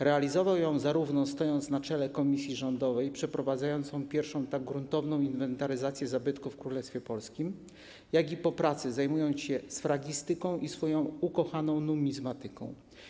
Realizował ją, zarówno stojąc na czele komisji rządowej, przeprowadzając pierwszą tak gruntowną inwentaryzację zabytków w Królestwie Polskim, jak i po pracy zajmując się sfragistyką i swoją ukochaną numizmatyką.